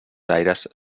aires